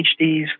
PhDs